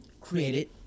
created